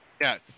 Yes